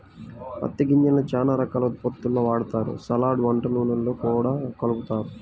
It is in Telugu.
పత్తి గింజల్ని చానా రకాల ఉత్పత్తుల్లో వాడతారు, సలాడ్, వంట నూనెల్లో గూడా కలుపుతారు